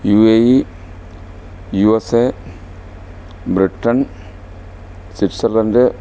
U A E U S A Britain Switzerland